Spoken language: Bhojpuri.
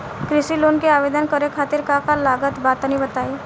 कृषि लोन के आवेदन करे खातिर का का लागत बा तनि बताई?